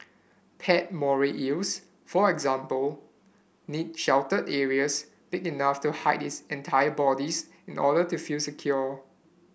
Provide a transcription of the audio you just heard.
pet moray eels for example need sheltered areas big enough to hide its entire bodies in order to feel secure